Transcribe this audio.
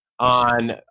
on